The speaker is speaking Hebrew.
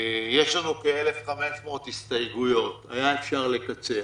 יש לנו כ-1,500 הסתייגויות, היה אפשר לקצר